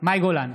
מאי גולן,